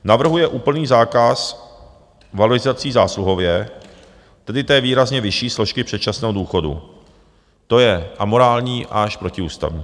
Navrhuje úplný zákaz valorizací zásluhově, tedy té výrazně vyšší složky předčasného důchodu, to je amorální až protiústavní.